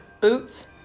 boots